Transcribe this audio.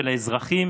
של האזרחים